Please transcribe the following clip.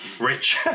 rich